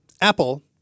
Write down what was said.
Apple